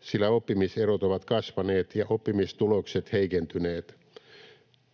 sillä oppimiserot ovat kasvaneet ja oppimistulokset heikentyneet.